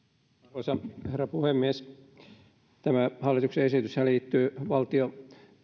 arvoisa herra puhemies tämä hallituksen esityshän liittyy valtion